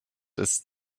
ist